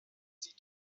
sie